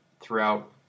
throughout